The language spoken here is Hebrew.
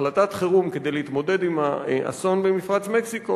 בהחלטת חירום כדי להתמודד עם האסון במפרץ מקסיקו